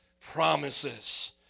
promises